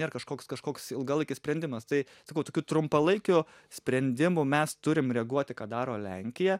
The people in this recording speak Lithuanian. nėr kažkoks kažkoks ilgalaikis sprendimas tai sakau tokių trumpalaikių sprendimų mes turim reaguoti ką daro lenkija